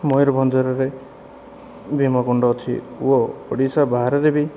ମୟୁରଭଞ୍ଜରରେ ଭୀମକୁଣ୍ଡ ଅଛି ଓ ଓଡ଼ିଶା ବାହାରରେ ବି